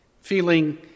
feeling